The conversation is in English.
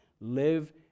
live